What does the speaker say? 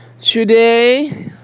today